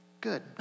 good